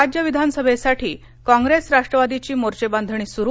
राज्य विधानसभेसाठी कॉंग्रेस राष्ट्रवादीची मोर्चेबांधणी सुरू